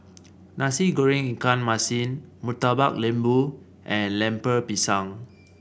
Nasi Goreng Ikan Masin Murtabak Lembu and Lemper Pisang